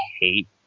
hate